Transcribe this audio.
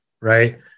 right